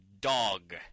dog